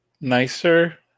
nicer